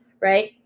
right